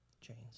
chains